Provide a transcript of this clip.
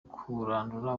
kurandura